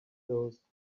those